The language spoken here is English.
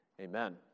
amen